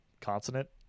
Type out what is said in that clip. consonant